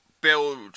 build